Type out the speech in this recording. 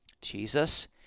Jesus